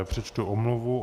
Přečtu omluvu.